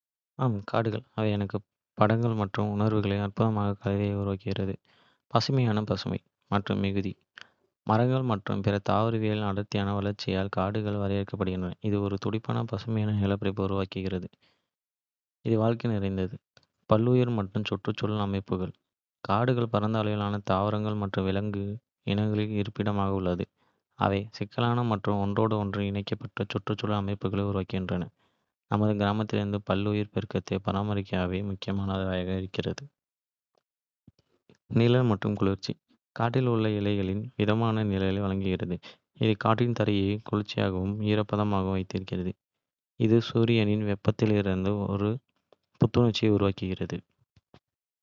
ஆ, காடுகள். அவை எனக்கு படங்கள் மற்றும் உணர்வுகளின் அற்புதமான கலவையை உருவாக்குகின்றன. நினைவுக்கு வருவது இங்கே. பசுமையான பசுமை மற்றும் மிகுதி மரங்கள் மற்றும் பிற தாவரங்களின் அடர்த்தியான வளர்ச்சியால் காடுகள் வரையறுக்கப்படுகின்றன. இது ஒரு துடிப்பான பசுமையான நிலப்பரப்பை உருவாக்குகிறது, இது வாழ்க்கை நிறைந்தது. பல்லுயிர் மற்றும் சுற்றுச்சூழல் அமைப்புகள், காடுகள் பரந்த அளவிலான தாவர மற்றும் விலங்கு இனங்களின் இருப்பிடமாக உள்ளன, அவை சிக்கலான மற்றும் ஒன்றோடொன்று இணைக்கப்பட்ட. சுற்றுச்சூழல் அமைப்புகளை உருவாக்குகின்றன. நமது கிரகத்தில் பல்லுயிர் பெருக்கத்தை பராமரிக்க அவை முக்கியமானவை. நிழல் மற்றும் குளிர்ச்சி, காட்டில் உள்ள இலைகளின் விதானம் நிழலை வழங்குகிறது, இது காட்டின் தரையை குளிர்ச்சியாகவும் ஈரப்பதமாகவும் வைத்திருக்கிறது. இது சூரியனின் வெப்பத்திலிருந்து. ஒரு புத்துணர்ச்சியை உருவாக்குகிறது.